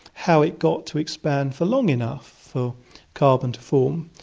how it got to expand for long enough for carbon to form,